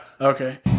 Okay